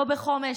לא בחומש,